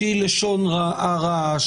שהיא לשון הרע,